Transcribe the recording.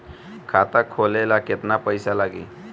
खाता खोले ला केतना पइसा लागी?